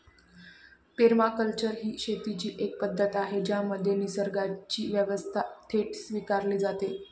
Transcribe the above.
permaculture ही शेतीची एक पद्धत आहे ज्यामध्ये निसर्गाची व्यवस्था थेट स्वीकारली जाते